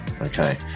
Okay